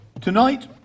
Tonight